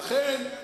הצבעה.